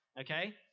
okay